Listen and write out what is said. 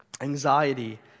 Anxiety